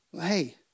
hey